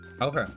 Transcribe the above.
okay